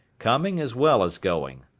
coming as well as going.